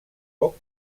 poc